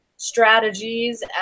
strategies